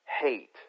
hate